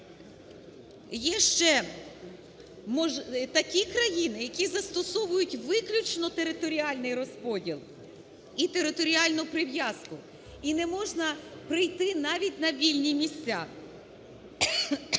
Є ще такі країни, які застосовують виключно територіальний розподіл і територіальну прив'язку, і не можна прийти навіть на вільні місця.